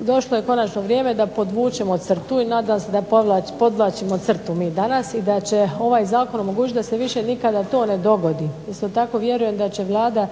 Došlo je konačno vrijeme da podvučemo crtu i nadam se da podvlačimo crtu mi danas i da će ovaj zakon omogućiti da se više nikada to ne dogodi. Isto tako, vjerujem da će Vlada